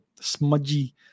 smudgy